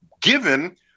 given